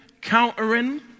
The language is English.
countering